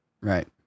right